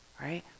right